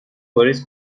واریز